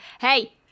hey